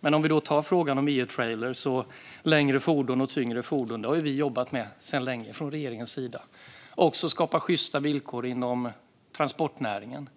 För att ändå ta frågan om EU-trailrar och längre och tyngre fordon har vi jobbat med den länge från regeringens sida och även med att skapa sjysta villkor inom transportnäringen.